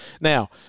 Now